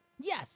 yes